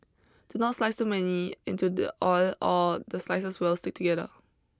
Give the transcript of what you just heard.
do not slice too many into the oil or the slices will stick together